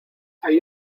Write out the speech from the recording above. hay